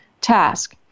task